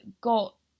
got